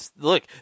Look